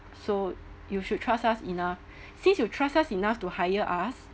so you should trust us enough since you trust us enough to hire us